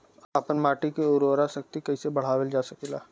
आपन माटी क उर्वरा शक्ति कइसे बढ़ावल जा सकेला?